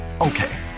Okay